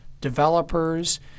developers